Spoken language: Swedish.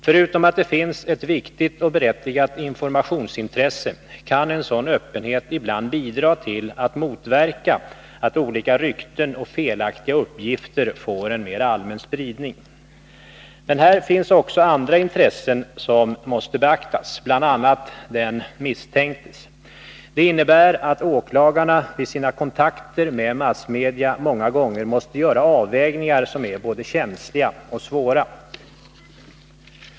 Förutom att det finns ett viktigt och berättigat informationsintresse kan en sådan öppenhet ibland bidra till att motverka att olika rykten och felaktiga uppgifter får en mer allmän spridning. Men här finns också andra intressen som måste beaktas, bl.a. den misstänktes. Det innebär att åklagarna vid sina kontakter med massmedia många gånger måste göra avvägningar som är både känsliga och svåra.